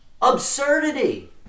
Absurdity